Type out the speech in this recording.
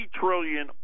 trillion